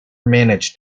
managed